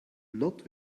not